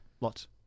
Lots